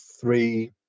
three